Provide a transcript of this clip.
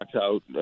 out